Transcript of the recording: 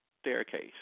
staircase